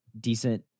decent